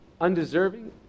undeserving